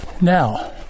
Now